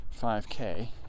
5k